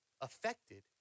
affected